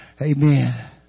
Amen